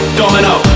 domino